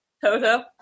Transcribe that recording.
Toto